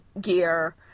gear